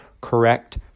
correct